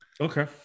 Okay